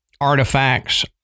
artifacts